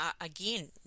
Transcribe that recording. again